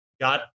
got